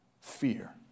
Fear